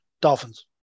Dolphins